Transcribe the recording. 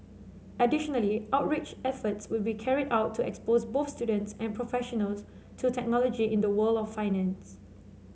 additionally outreach efforts will be carried out to expose both students and professionals to technology in the world of finance